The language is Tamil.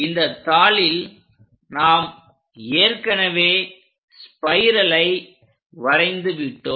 இந்தத் தாளில் நாம் ஏற்கனவே ஸ்பைரலை வரைந்து விட்டோம்